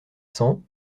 cents